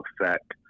effect